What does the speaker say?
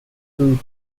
food